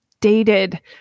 dated